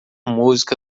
música